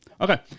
Okay